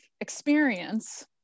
experience